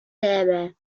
gäbe